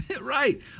Right